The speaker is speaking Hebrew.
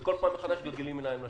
וכל פעם מחדש מגלגלים עיניים לשמיים.